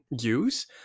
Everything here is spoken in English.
use